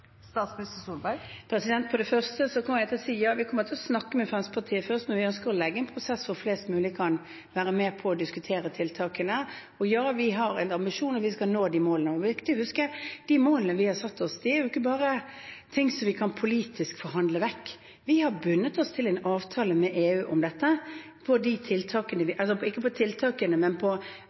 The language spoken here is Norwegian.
på det første vil jeg si: Ja, vi kommer til å snakke med Fremskrittspartiet først, men vi ønsker å legge opp til en prosess hvor flest mulig kan være med på å diskutere tiltakene. Og ja, vi har en ambisjon om at vi skal nå de målene. Det er viktig å huske at de målene vi har satt oss, ikke bare er ting vi politisk kan forhandle vekk. Vi har bundet oss til en avtale med EU om at vi må ha resultater av den typen som gir et betydelig kutt i utslippene. Men